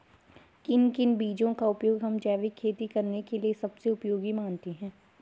किन किन बीजों का उपयोग हम जैविक खेती करने के लिए सबसे उपयोगी मानते हैं?